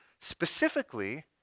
specifically